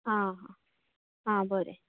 आं आं बरें